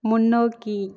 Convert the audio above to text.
முன்னோக்கி